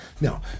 Now